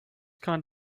kind